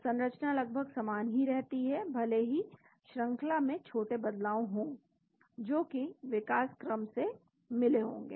तो संरचना लगभग समान ही रहती है भले ही श्रंखला में छोटे बदलाव हों जोकि विकास क्रम से मिले होंगे